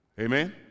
Amen